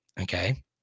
okay